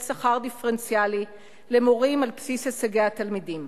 שכר דיפרנציאלי למורים על בסיס הישגי התלמידים.